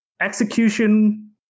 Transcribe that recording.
execution